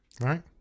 Right